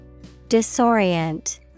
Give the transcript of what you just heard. Disorient